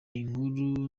inkuru